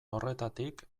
horretatik